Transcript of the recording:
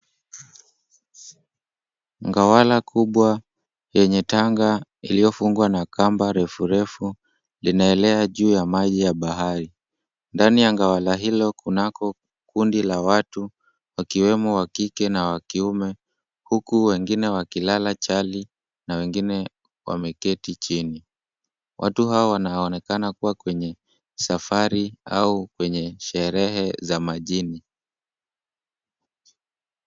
Ngawala kubwa yenye tanga iliyofungwa na kamba refu refu linaelea juu ya maji ya bahari. Ndani ya ngawala hilo kunako kundi la watu wakiwemo wa kike na wa kiume huku wengine wakilala chali na wengine wameketi chini. Watu hawa wanaoneka kua kwenye safari au kwenye sherehe za majini.